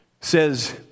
says